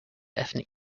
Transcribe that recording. ethnic